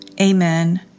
Amen